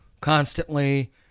constantly